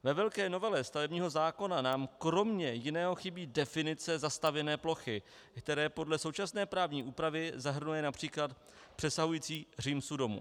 Ve velké novele stavebního zákona nám kromě jiného chybí definice zastavěné plochy, které podle současné právní úpravy zahrnuje například přesahující římsu domu.